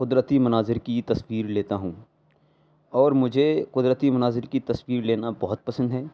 قدرتی مناظر کی تصویر لیتا ہوں اور مجھے قدرتی مناظر کی تصویر لینا بہت پسند ہیں